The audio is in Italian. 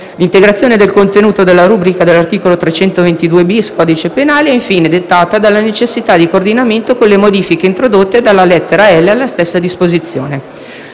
L'integrazione del contenuto della rubrica dell'articolo 322-*bis* del codice penale è infine dettata dalla necessità di coordinamento con le modifiche introdotte dalla lettera *l)* alla stessa disposizione.